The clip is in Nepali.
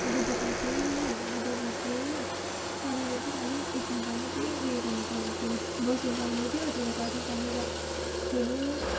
बुद्ध पार्क गयौँ हो बुद्ध पार्क गएर त्यहाँनिर चाहिँ खालि एक घन्टा मात्रै उयो गर्नुपर्ने त्यो बस्नुपाउने थियो त्यसले गर्दा त्यहाँनिर खेल्यौँ